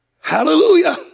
Hallelujah